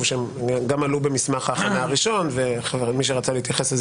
הן גם עלו במסמך ההכנה הראשון ומי שרצה להתייחס לזה,